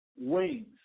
wings